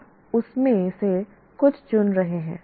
आप उसमें से कुछ चुन रहे हैं